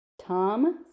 Tom